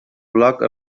bloc